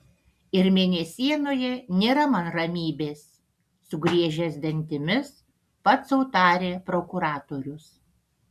ir mėnesienoje nėra man ramybės sugriežęs dantimis pats sau tarė prokuratorius